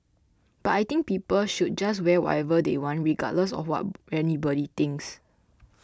but I think people should just wear whatever they want regardless of what anybody thinks